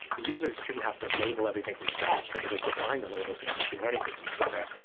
the users shouldn't have to label everything from scratch. they can just refine the labels that our machine learning system uploads, right?